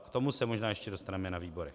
K tomu se možná ještě dostaneme na výborech.